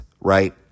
right